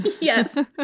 yes